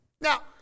Now